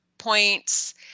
points